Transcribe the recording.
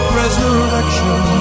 resurrection